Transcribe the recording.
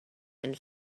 and